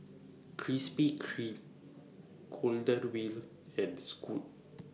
Krispy Kreme Golden Wheel and Scoot